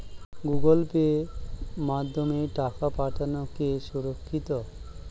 Google Pay মাধ্যমে টাকা পাঠানোকে সুরক্ষিত?